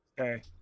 Okay